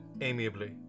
amiably